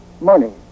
money